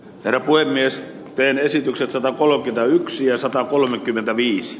verhoilu jos teen esityksensä pollockin ja yksi ja satakolmekymmentäviisi